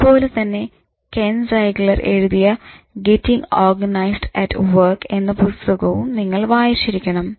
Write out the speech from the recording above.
അതുപോലെ തന്നെ Ken Zeigler എഴുതിയ ഗെറ്റിങ് ഓർഗനൈസ്ഡ് അറ്റ് വർക്ക് എന്ന പുസ്തകവും നിങ്ങൾ വായിച്ചിരിക്കണം